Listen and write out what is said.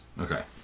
Okay